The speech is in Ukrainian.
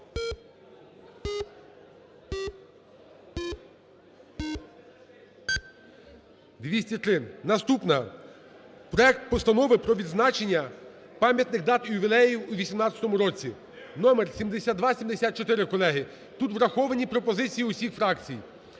Наступне – проект Постанови про відзначення пам'ятних дат і ювілеїв у 18 році (№ 7274), колеги. Тут враховані пропозиції усіх фракцій.